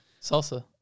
Salsa